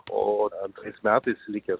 o antrais metais likęs